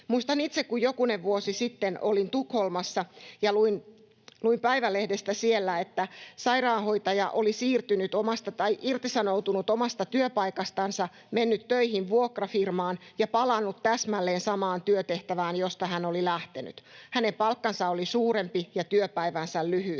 Muistan itse, kun jokunen vuosi sitten olin Tukholmassa ja luin päivälehdestä siellä, että sairaanhoitaja oli irtisanoutunut omasta työpaikastansa, mennyt töihin vuokrafirmaan ja palannut täsmälleen samaan työtehtävään, josta hän oli lähtenyt. Hänen palkkansa oli suurempi ja työpäivänsä lyhyempi.